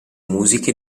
musiche